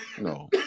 no